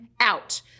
out